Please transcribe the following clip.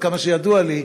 עד כמה שידוע לי,